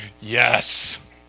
Yes